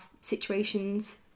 situations